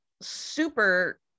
super